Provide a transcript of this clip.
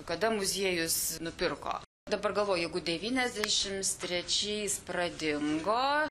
kada muziejus nupirko dabar galvoju jeigu devyniasdešims trečiais pradingo